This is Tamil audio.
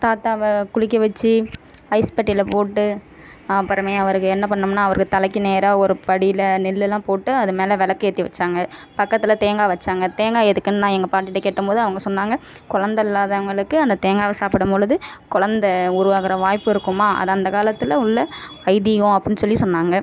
தாத்தாவை குளிக்க வச்சு ஐஸ் பெட்டியில் போட்டு அப்புறமே அவருக்கு என்ன பண்ணிணோம்னா அவருக்கு தலைக்கு நேராக ஒரு படியில் நெல்லெல்லாம் போட்டு அது மேல் விளக்கேத்தி வைச்சாங்க பக்கத்தில் தேங்காய் வைச்சாங்க தேங்காய் எதுக்குன்னு நான் எங்க பாட்டிகிட்ட கேட்கும் போது அவங்க சொன்னாங்க குழந்த இல்லாதவர்களுக்கு அந்த தேங்காயை சாப்பிடும் பொழுது குழந்த உருவாகுகிற வாய்ப்பு இருக்கும்மா அது அந்த காலத்தில் உள்ள ஐதீகம் அப்படின்னு சொல்லி சொன்னாங்க